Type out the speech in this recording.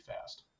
fast